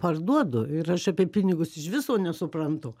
parduodu ir aš apie pinigus iš viso nesuprantu